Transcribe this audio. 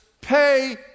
pay